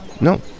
No